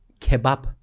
kebab